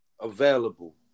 available